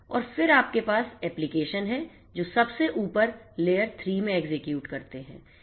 और फिर आपके पास एप्लिकेशन हैं जो सबसे ऊपर लेयर 3 में एग्जीक्यूट करते हैं